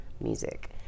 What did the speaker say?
music